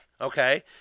Okay